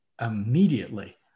immediately